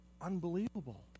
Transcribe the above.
unbelievable